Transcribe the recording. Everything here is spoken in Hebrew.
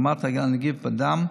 רמת הנגיף בדם,